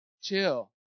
chill